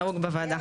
בבקשה.